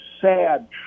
sad